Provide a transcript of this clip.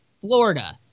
Florida